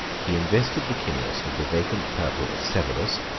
he invested licinius with the vacant purple of severus,